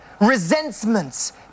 resentments